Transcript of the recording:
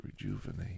rejuvenate